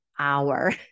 hour